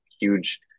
huge